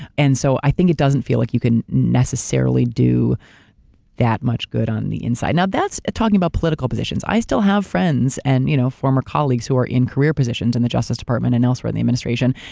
and so i think it doesn't feel like you can necessarily do that much good on the inside. now that's talking about political positions, i still have friends and you know former colleagues who are in career positions in and the justice department and elsewhere in the administration.